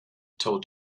told